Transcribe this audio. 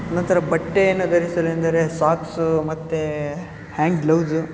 ನಂತರ ಬಟ್ಟೆಯನ್ನು ಧರಿಸಲು ಎಂದರೆ ಸಾಕ್ಸೂ ಮತ್ತು ಹ್ಯಾಂಡ್ ಗ್ಲೌಸು